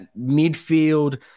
midfield